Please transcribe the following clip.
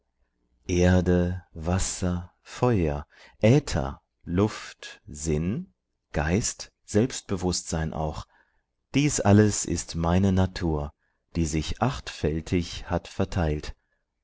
erde wasser feuer äther luft sinn geist selbstbewußtsein auch dies alles ist meine natur die sich achtfältig hat verteilt